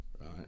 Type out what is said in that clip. right